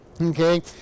okay